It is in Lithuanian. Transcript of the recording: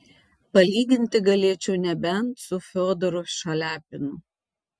palyginti galėčiau nebent su fiodoru šaliapinu